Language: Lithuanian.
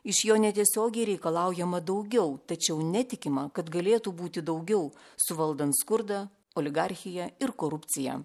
iš jo netiesiogiai reikalaujama daugiau tačiau netikima kad galėtų būti daugiau suvaldant skurdą oligarchiją ir korupciją